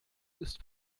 ist